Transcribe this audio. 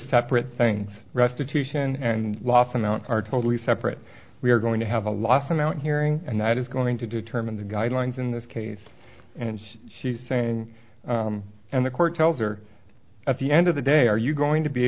separate things restitution and loss amount are totally separate we are going to have a lot amount hearing and that is going to determine the guidelines in this case and she's saying and the court tells her at the end of the day are you going to be